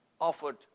offered